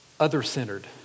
other-centered